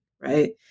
right